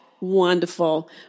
Wonderful